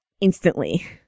instantly